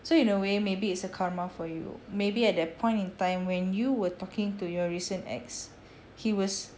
so in a way maybe it's a karma for you maybe at that point in time when you were talking to your recent ex he was